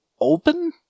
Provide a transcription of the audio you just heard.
Open